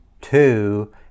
two